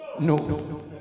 no